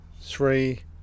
three